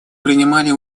принимали